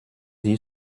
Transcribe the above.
sie